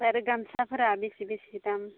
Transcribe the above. ओमफ्राय आरो गामसाफोरा बेसे बेसे दाम